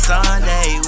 Sunday